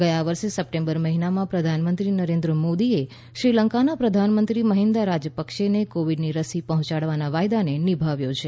ગયા વર્ષે સપ્ટેમ્બર મહિનામાં પ્રધાનમંત્રી નરેન્દ્ર મોદીએ શ્રીલંકાના પ્રધાનમંત્રી મહિન્દા રાજપક્ષેને કોવિડની રસી પર્હોચાડવાના વાયદાને નિભાવ્યો છે